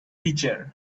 pitcher